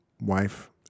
wife